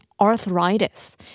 arthritis